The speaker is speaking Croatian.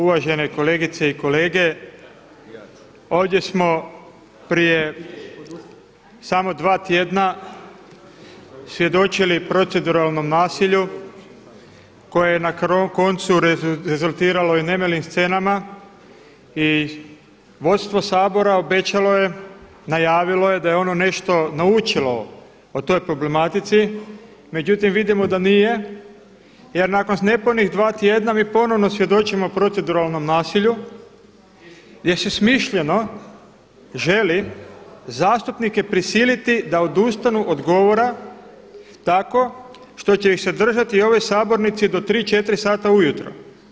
Uvažene kolegice i kolege, ovdje smo prije samo dva tjedna svjedočili proceduralnom nasilju koje je na koncu rezultiralo i nemilim scenama i vodstvo Sabora obećalo je, najavilo je da je ono nešto naučilo o toj problematici, međutim vidimo da nije jer nakon nepunih dva tjedna mi ponovno svjedočimo proceduralnom nasilju gdje se smišljeno želi zastupnike prisiliti da odustanu od govora tako što će ih se držati u ovoj Sabornici do 3, 4 sata ujutro.